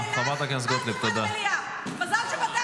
אף אחד מהקואליציה לא רשם את זה.